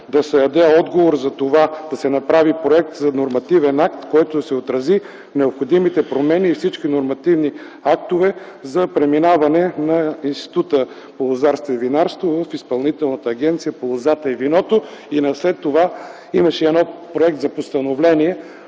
да се даде отговор за това – да се направи проект за нормативен акт, който да отрази необходимите промени и всички нормативни актове за преминаване на Института по лозарство и винарство в Изпълнителната агенция по лозята и виното. След това имаше проект за постановление